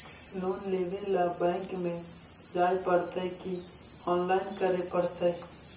Loan लेवे ल bank में जाय पड़तै कि औनलाइन करे पड़तै?